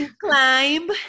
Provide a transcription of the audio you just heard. climb